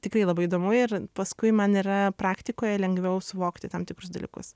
tikrai labai įdomu ir paskui man yra praktikoje lengviau suvokti tam tikrus dalykus